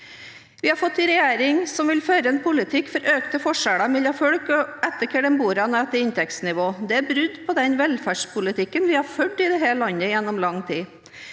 Vi har fått en regjering som vil føre en politikk for økte forskjeller mellom folk avhengig av hvor de bor og avhengig av inntektsnivå. Det er brudd på den velferdspolitikken vi har ført i dette landet gjennom lang tid.